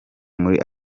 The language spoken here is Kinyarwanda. muri